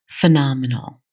phenomenal